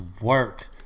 work